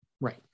Right